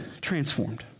transformed